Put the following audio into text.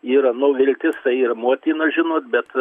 yra nu viltis tai yra motina žinot bet